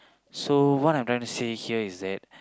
so what I'm trying to say here is that